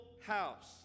house